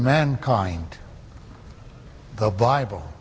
mankind the bible